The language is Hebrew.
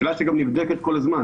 שאלה שגם נבדקת כל הזמן.